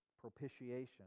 propitiation